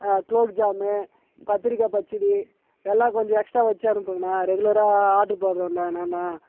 குலோப்ஜாம் கத்திரிக்காய் பச்சடி எல்லாம் கொஞ்சம் எக்ஸ்ட்டா வச்சு அனுப்புங்கண்ணா ரெகுலராக ஆட்ரு போடுறண்ணா நான் தான்